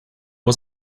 was